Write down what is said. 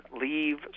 leave